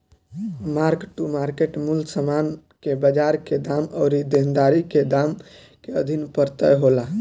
mark to market मूल्य समान के बाजार के दाम अउरी देनदारी के दाम के आधार पर तय होला